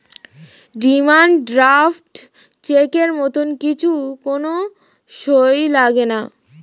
demand draft চেকের মত কিছু কোন সই লাগেনা